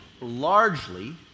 largely